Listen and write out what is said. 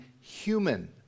human